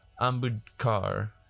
Ambudkar